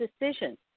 decisions